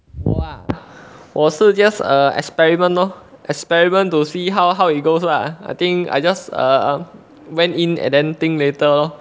我啊我是 just a experiment lor experiment to see how how it goes lah I think I just err um went in and then think later lor